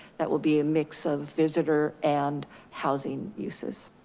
that will be a mix of visitor and housing uses.